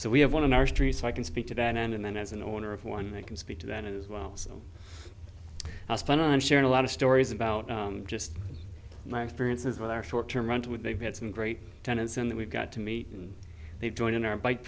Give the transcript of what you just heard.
so we have one of our street so i can speak to that end and then as an owner of one they can speak to that as well so i spun and shared a lot of stories about just my experiences with our short term and with they've had some great tenants in that we've got to meet and they've joined in our bite